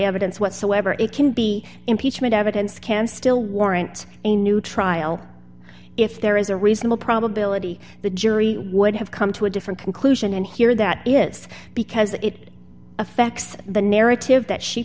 evidence whatsoever it can be impeachment evidence can still warrant a new trial if there is a reasonable probability the jury would have come to a different conclusion and here that is because it effects the narrative that she